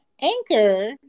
Anchor